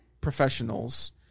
professionals